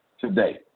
today